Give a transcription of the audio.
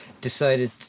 decided